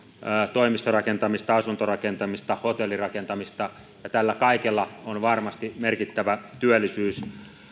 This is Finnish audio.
toimistorakentamista asuntorakentamista hotellirakentamista ja tällä kaikella on varmasti merkittävä